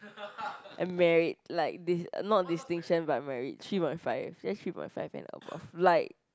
merit like dis~ not distinction but merit three point five just three point five and above like